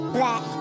Black